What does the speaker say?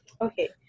Okay